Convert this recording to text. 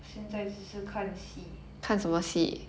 现在只是看戏